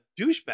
douchebag